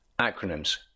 Acronyms